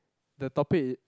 the topic it